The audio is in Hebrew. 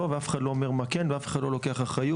לא ואף אחד לא אומר מה כן ואף אחד לא לוקח אחריות.